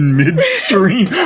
midstream